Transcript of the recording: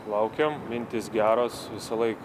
laukiam mintys geros visąlaik